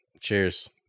Cheers